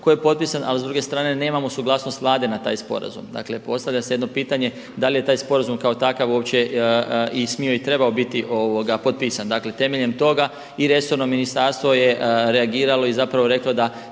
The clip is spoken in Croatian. koji je potpisan, a s druge strane nemamo suglasnost Vlade na taj sporazum. Dakle postavlja se jedno pitanje da li je taj sporazum kao takav uopće i smio i trebao biti potpisan. Dakle temeljem toga i resorno ministarstvo je reagiralo i reklo da